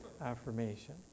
affirmation